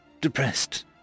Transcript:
depressed